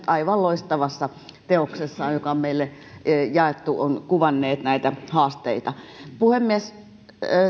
aivan loistavassa teoksessaan joka on meille jaettu ovat kuvanneet näitä haasteita puhemies